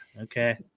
Okay